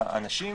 האנשים.